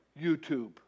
YouTube